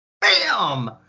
Bam